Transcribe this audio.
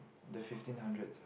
the fifteen hundred